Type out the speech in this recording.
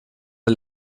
der